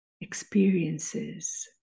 experiences